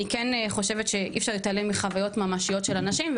אני כן חושבת שאי אפשר להתעלם מחוויות ממשיות של אנשים,